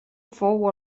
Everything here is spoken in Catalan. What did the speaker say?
fou